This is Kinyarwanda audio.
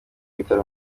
bitaro